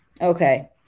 Okay